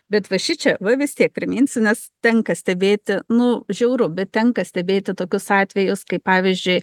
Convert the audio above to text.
bet va šičia va vis tiek priminsiu nes tenka stebėti nu žiauru bet tenka stebėti tokius atvejus kai pavyzdžiui